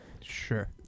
Sure